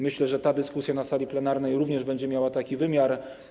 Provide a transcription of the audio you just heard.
Myślę, że dyskusja na sali plenarnej również będzie miała taki wymiar.